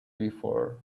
before